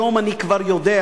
היום אני כבר יודע: